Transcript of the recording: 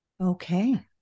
Okay